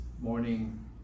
morning